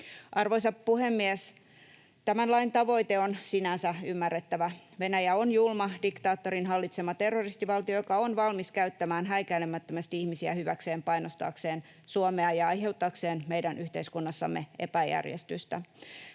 Arvoisa puhemies! Tämän lain tavoite on sinänsä ymmärrettävä. Venäjä on julma, diktaattorin hallitsema terroristivaltio, joka on valmis käyttämään häikäilemättömästi ihmisiä hyväkseen painostaakseen Suomea ja aiheuttaakseen meidän yhteiskunnassamme epäjärjestystä.